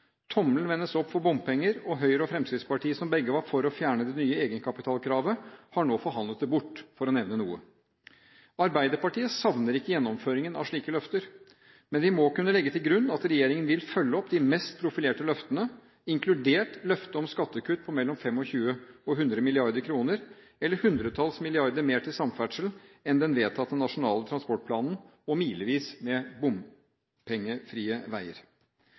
Tommelen vendes opp for bompenger, og Høyre og Fremskrittspartiet, som begge var for å fjerne det nye egenkapitalkravet, har nå forhandlet det bort, for å nevne noe. Arbeiderpartiet savner ikke gjennomføringen av slike løfter, men vi må kunne legge til grunn at regjeringen vil følge opp de mest profilerte løftene, inkludert løftet om skattekutt på mellom 25 og 100 mrd. kr, eller hundretalls milliarder mer til samferdsel enn den vedtatte nasjonale transportplanen og milevis med bompengefrie veier.